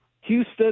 Houston